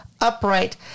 upright